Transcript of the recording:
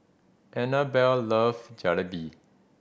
Annabell love Jalebi